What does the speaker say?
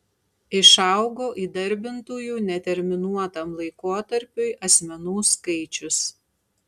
išaugo įdarbintųjų neterminuotam laikotarpiui asmenų skaičius